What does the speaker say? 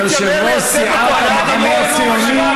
יושב-ראש סיעת המחנה הציוני,